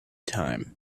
time